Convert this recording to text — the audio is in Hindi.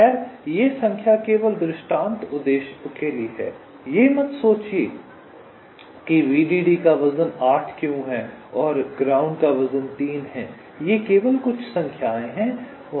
खैर ये संख्या केवल दृष्टांत उद्देश्यों के लिए है यह मत सोचिये कि वीडीडी का वजन 8 क्यों है और जमीन का वजन 3 है ये केवल कुछ संख्याएं हैं